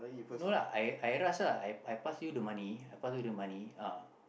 no lah I I pass lah I pass you the money